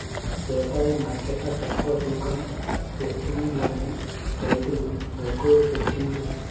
వ్యవసాయ మార్కెట్ల తక్కువ తూకం ఎస్తుంలని రైతులు గగ్గోలు పెట్టిన్లు